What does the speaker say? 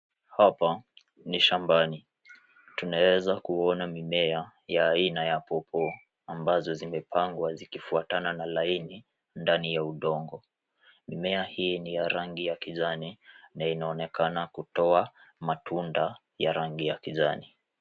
Hapa ni shambani. Tunaeza kuona mimea ya aina ya pawpaw ambazo zimepangwa zikifwatana na laini ndani ya udongo. Mimea hii ni ya rangi ya kijani na inaonekana kutoa matunda ya rangi ya kijani.